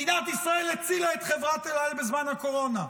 מדינת ישראל הצילה את חברת אל על בזמן הקורונה,